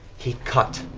he cut